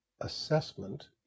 assessment